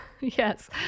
yes